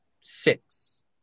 six